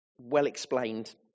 well-explained